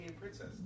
princess